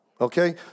Okay